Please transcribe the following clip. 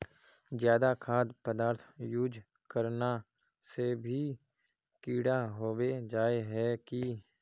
ज्यादा खाद पदार्थ यूज करना से भी कीड़ा होबे जाए है की?